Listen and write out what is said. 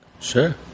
Sure